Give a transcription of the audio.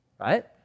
right